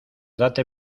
date